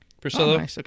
Priscilla